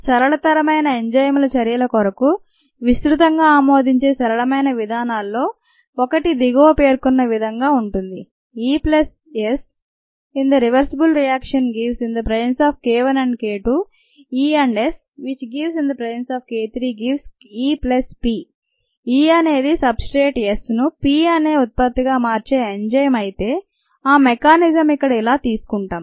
సరళతరమైన enzyme చర్యల కొరకు విస్త్రృతంగా ఆమోదించే సరళమైన విధానాల్లో ఒకటి దిగువ పేర్కొన్న విధంగా ఉంటుంది E అనేది సబ్స్ట్రేట్ S ను Pఅనే ఉత్పత్తిగా మార్చే ఎంజైమ్ అయితే ఆ మెకానిజమ్ ఇక్కడ ఇలా తీసుకుంటాం